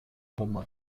romano